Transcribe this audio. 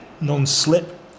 non-slip